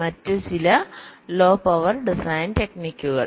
മറ്റ് low power design ടെക്നിക്കുകൾ